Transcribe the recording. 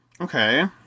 Okay